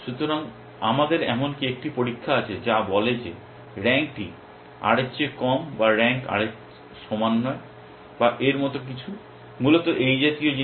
সুতরাং আমাদের এমনকি একটি পরীক্ষা আছে যা বলে যে রাঙ্কটি r এর চেয়ে কম বা রাঙ্ক r এর সমান নয় বা এর মতো কিছু মূলত এই জাতীয় জিনিস